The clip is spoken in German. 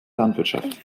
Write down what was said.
landwirtschaft